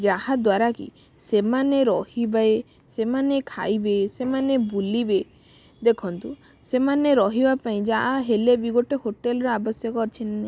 ଯାହାଦ୍ୱାରା କି ସେମାନେ ରହିବେ ସେମାନେ ଖାଇବେ ସେମାନେ ବୁଲିବେ ଦେଖନ୍ତୁ ସେମାନେ ରହିବା ପାଇଁ ଯାହା ହେଲେ ବି ଗୋଟେ ହୋଟେଲର ଆବଶ୍ୟକ ଅଛି ନା ନାହିଁ